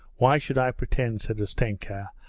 why should i pretend said ustenka,